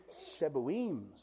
Shebuims